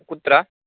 कुत्र